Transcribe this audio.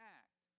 act